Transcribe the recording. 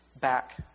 back